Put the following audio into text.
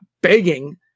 begging